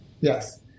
Yes